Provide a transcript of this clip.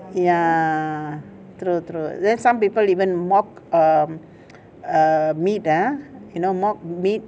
ya true true then some people even mock um um meat ah you know mock meat